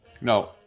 No